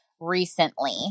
recently